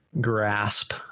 grasp